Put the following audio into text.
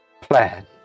plan